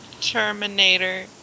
terminator